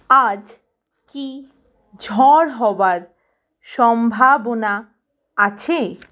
আজ কি ঝড় হবার সম্ভাবনা আছে